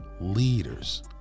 leaders